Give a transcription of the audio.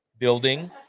building